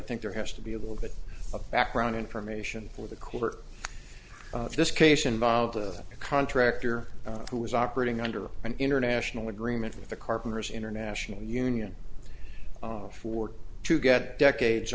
think there has to be a little bit of background information for the court this case involved a contractor who was operating under an international agreement with the carpenters international union for to get decades